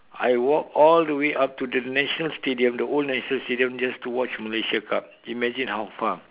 I walk all the way up to the national stadium the old national stadium just to watch the Malaysia cup imagine how far